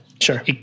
sure